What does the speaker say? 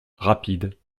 rapides